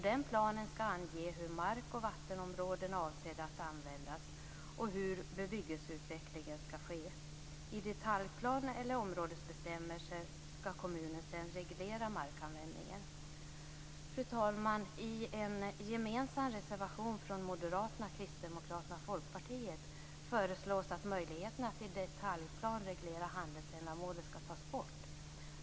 Den planen skall ange hur mark och vattenområden är avsedda att användas och hur bebyggelseutvecklingen skall ske. I detaljplan eller områdesbestämmelser skall kommunen sedan reglera markanvändningen. Fru talman! I en gemensam reservation från Moderaterna, Kristdemokraterna och Folkpartiet föreslås att möjligheten att i detaljplan reglera handelsändamålet skall tas bort.